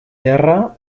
beharra